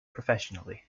professionally